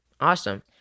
Awesome